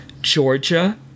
Georgia